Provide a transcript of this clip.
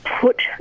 Put